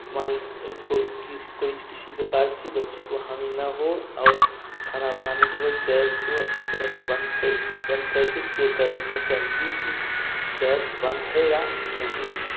मान कोई किस कोई किसी प्रकार सी बच्ची को हानि न हो और खाना बनाने के बाद गैस को अच्छी तरह से बंद कर बंद करके चेक करा लेना चाहिए की गैस बंद है या नहीं